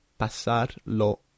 Pasarlo